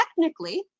technically